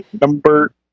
Number